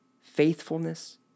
faithfulness